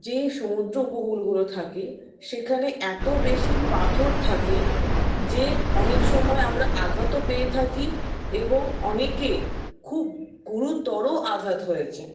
যে সমুদ্র উপকূলগুলো থাকে সেখানে এত বেশি পাথর থাকে যে অনেক সময় আমরা আঘাতও পেয়ে থাকি এবং অনেকে খুব গুরুতর আঘাত হয়েছে